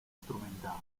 strumentali